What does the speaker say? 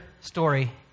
story